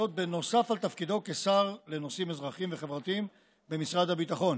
וזאת נוסף על תפקידו כשר לנושאים אזרחיים וחברתיים במשרד הביטחון.